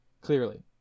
Clearly